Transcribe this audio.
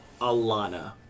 Alana